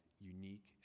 unique